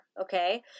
okay